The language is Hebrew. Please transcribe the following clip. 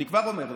אני כבר אומר לך.